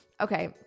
Okay